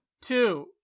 two